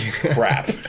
Crap